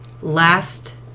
Last